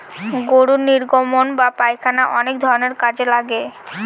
গরুর নির্গমন বা পায়খানা অনেক ধরনের কাজে লাগে